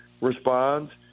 responds